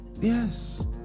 yes